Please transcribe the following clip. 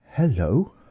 Hello